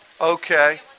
okay